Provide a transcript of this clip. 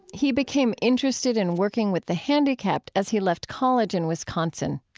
he became interested in working with the handicapped as he left college in wisconsin.